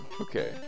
Okay